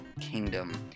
kingdom